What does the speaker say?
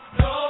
no